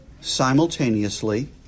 simultaneously